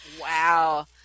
wow